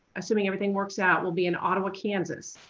assuming everything works out will be in ottawa, kansas